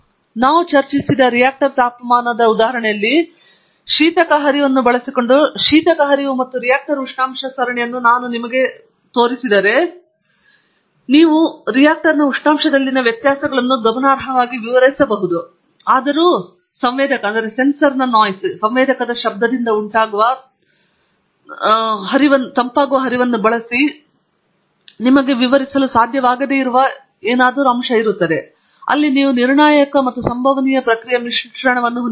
ನಾವು ಚರ್ಚಿಸಿದ ರಿಯಾಕ್ಟರ್ ತಾಪಮಾನ ಉದಾಹರಣೆಯಲ್ಲಿ ಶೀತಕ ಹರಿವನ್ನು ಬಳಸಿಕೊಂಡು ಶೀತಕ ಹರಿವು ಮತ್ತು ರಿಯಾಕ್ಟರ್ ಉಷ್ಣಾಂಶ ಸರಣಿಯನ್ನು ನಾನು ನಿಮಗೆ ಕೊಟ್ಟರೆ ನೀವು ರಿಯಾಕ್ಟರ್ ಉಷ್ಣಾಂಶದಲ್ಲಿನ ವ್ಯತ್ಯಾಸಗಳನ್ನು ಗಮನಾರ್ಹವಾಗಿ ವಿವರಿಸಬಹುದು ಆದರೂ ಸಂವೇದಕ ಶಬ್ದದಿಂದ ಉಂಟಾಗುವ ತಂಪಾಗುವ ಹರಿವನ್ನು ಬಳಸಿ ವಿವರಿಸಲು ನಿಮಗೆ ಸಾಧ್ಯವಾಗದಿರುವ ತಾಪಮಾನದಲ್ಲಿ ಏನಾದರೂ ಉಳಿದಿರುತ್ತದೆ ಅಲ್ಲಿ ನೀವು ನಿರ್ಣಾಯಕ ಮತ್ತು ಸಂಭವನೀಯ ಪ್ರಕ್ರಿಯೆಯ ಮಿಶ್ರಣವನ್ನು ಹೊಂದಿದ್ದೇವೆ